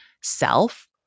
self